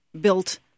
built